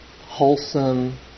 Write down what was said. wholesome